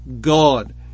God